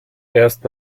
erst